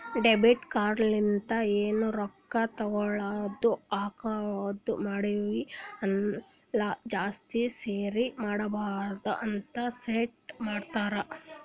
debit card ಲಿಂತ ಎನ್ ರೊಕ್ಕಾ ತಗೊಳದು ಹಾಕದ್ ಮಾಡ್ತಿವಿ ಅಲ್ಲ ಜಾಸ್ತಿ ಸರಿ ಮಾಡಬಾರದ ಅಂತ್ ಸೆಟ್ ಮಾಡ್ತಾರಾ